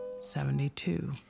Seventy-two